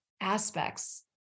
aspects